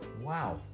Wow